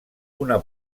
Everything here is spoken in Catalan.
una